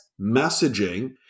messaging